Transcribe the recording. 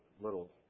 little